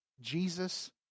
Jesus